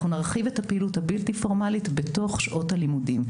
אנחנו נרחיב את הפעילות הבלתי פורמלית בתוך שעות הלימודים.